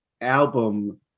album